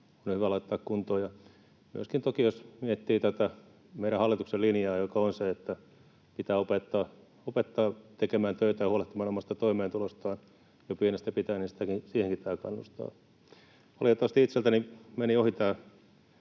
on hyvä laittaa kuntoon. Myöskin toki, jos miettii tätä meidän hallituksen linjaa, joka on se, että pitää opettaa tekemään töitä ja huolehtimaan omasta toimeentulostaan jo pienestä pitäen, niin siihen pitää kannustaa. Valitettavasti itseltäni meni ohi tämän